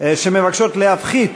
שמבקשות להפחית